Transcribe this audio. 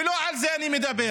ולא על זה אני מדבר.